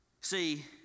see